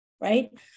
Right